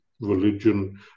religion